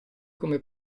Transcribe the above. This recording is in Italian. come